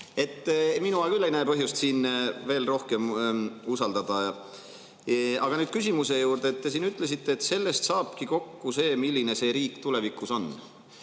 Mina küll ei näe põhjust rohkem usaldada. Aga nüüd küsimuse juurde. Te ütlesite, et sellest saabki kokku see, milline see riik tulevikus on.